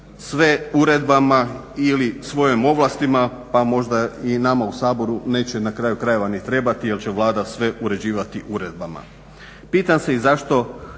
sve uredbama ili svojim ovlastima pa možda i nama u Saboru neće na kraju krajeva ni trebati jer će Vlada sve uređivati uredbama. Pitam se i zašto